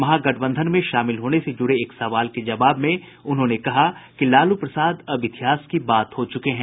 महागठबंधन में शामिल होने से जुड़े एक सवाल के जवाब में श्री कुशवाहा ने कहा कि लालू प्रसाद अब इतिहास की बात हो चुके हैं